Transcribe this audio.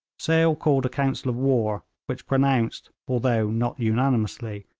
sale called a council of war, which pronounced, although not unanimously,